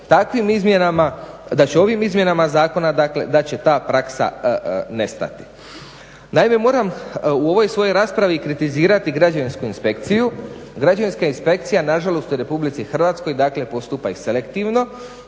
nadam dakle, da će ovim izmjenama zakona dakle da će ta praksa nestati. Naime, moram u ovoj svojoj raspravi kritizirati građevinsku inspekciju. Građevinska inspekcija nažalost u RH dakle postupa selektivno.